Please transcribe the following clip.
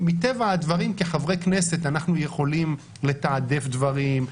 כחברי כנסת אנחנו יכולים לתעדף דברים,